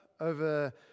over